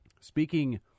Speaking